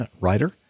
writer